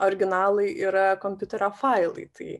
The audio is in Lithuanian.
originalai yra kompiuterio failai tai